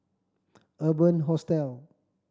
Urban Hostel